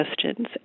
questions